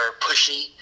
pushy